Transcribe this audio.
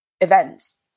events